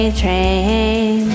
train